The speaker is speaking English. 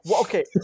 okay